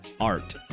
art